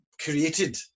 created